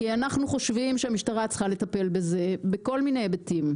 כי אנחנו חושבים שהמשטרה צריכה לטפל בזה בכל מיני היבטים.